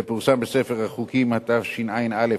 ופורסם בספר החוקים התשע"א,